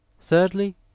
thirdly